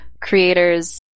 creators